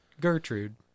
Gertrude